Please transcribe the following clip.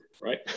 Right